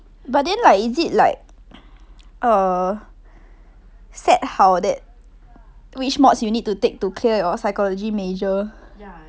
but then like is it like uh set 好 that which mods you need to take to clear your psychology major